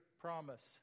promise